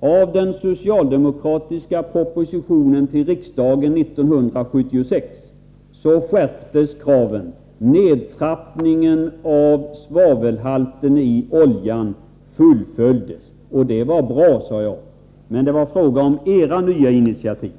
av den socialdemokratiska propositionen till riksdagen 1976 skärptes kraven. Nedtrappningen av svavelhalten i oljan fullföljdes, och det var bra, sade jag. Men det var fråga om era nya initiativ.